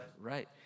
Right